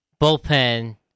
bullpen